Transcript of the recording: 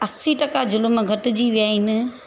असी टका जुलम घटिजी विया आहिनि